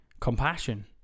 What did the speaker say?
compassion